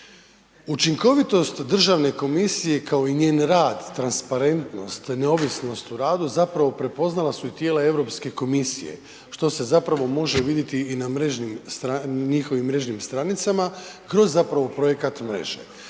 Učinkovitost državne komisije, kao i njen rad, transparentnost, neovisnost u radu zapravo prepoznala su i tijela Europske komisije što se zapravo može viditi i na mrežnim stranicama, njihovim mrežnim stranicama kroz zapravo projekat mreže